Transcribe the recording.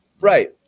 Right